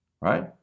right